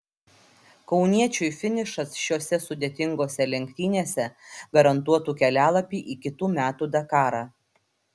kauniečiui finišas šiose sudėtingose lenktynėse garantuotų kelialapį į kitų metų dakarą